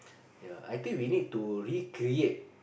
ya I think we need to recreate